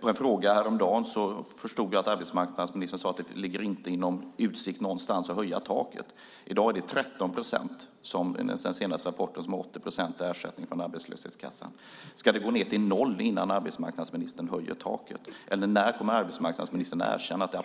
På en fråga häromdagen svarade arbetsmarknadsministern att det inte finns utsikt någonstans att höja taket. Enligt den senaste rapporten är det 13 procent som har 80 procent i ersättning från arbetslöshetskassan. Ska det gå ned till noll innan arbetsmarknadsministern höjer taket, eller när kommer arbetsmarknadsministern att erkänna att dagens arbetslöshetsersättning